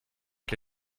che